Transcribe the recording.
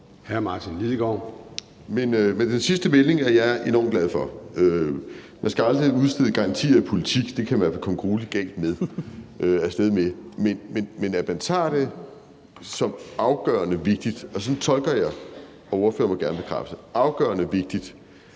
09:33 Martin Lidegaard (RV): Den sidste melding er jeg enormt glad for. Man skal aldrig udstede garantier i politik, det kan man i hvert fald komme gruelig galt af sted med, men at man tager det som afgørende vigtigt – og sådan tolker jeg det, og ordføreren må gerne bekræfte det